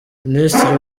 minisitiri